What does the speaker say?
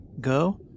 go